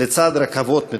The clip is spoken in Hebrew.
לצד רכבות מתוכננות.